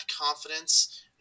confidence